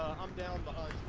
on down but